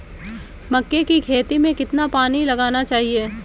मक्के की खेती में कितना पानी लगाना चाहिए?